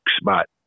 spot